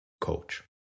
coach